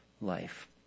life